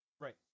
right